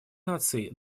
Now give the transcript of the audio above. наций